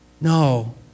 No